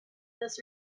this